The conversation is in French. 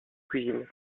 cuisine